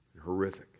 horrific